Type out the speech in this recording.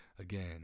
Again